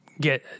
get